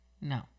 no